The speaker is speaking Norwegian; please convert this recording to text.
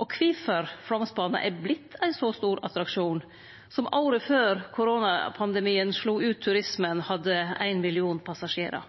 og kvifor Flåmsbana har vorte ein så stor attraksjon, som året før koronapandemien slo ut turismen, hadde éin million passasjerar.